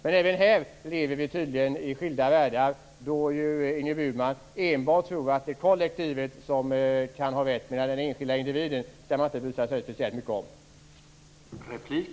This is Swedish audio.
Men även här lever vi tydligen i skilda världar, då ju Ingrid Burman enbart tror att det är kollektivet som kan ha rätt, medan man inte skall bry sig speciellt mycket om den enskilda individen.